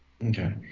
Okay